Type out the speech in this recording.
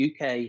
UK